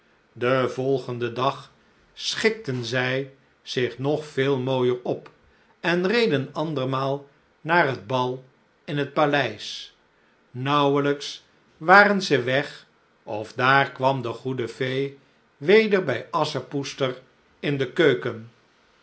den volgenden dag schikten zij zich nog veel mooijer op en reden andermaal naar het bal in het paleis naauwelijks waren ze weg of daar kwam de goede fee weder bij asschepoester in de keuken